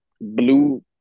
blue